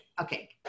Okay